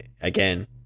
again